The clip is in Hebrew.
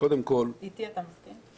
אתי אתה מסכים?